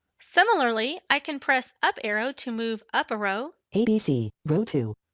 similarly, i can press up arrow to move up a row. abc, row two.